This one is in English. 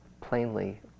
plainly